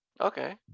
Okay